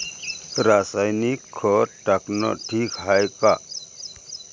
रासायनिक खत टाकनं ठीक हाये का?